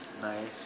Nice